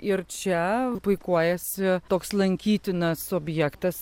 ir čia puikuojasi toks lankytinas objektas